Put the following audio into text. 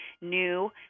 new